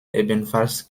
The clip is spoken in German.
ebenfalls